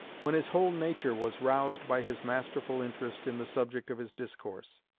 when his whole nature was roused by his masterful interest in the subject of his discourse.